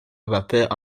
vapeur